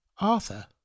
Arthur